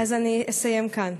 אז אני אסיים כאן.